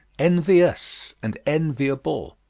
envi-ous and envi-able.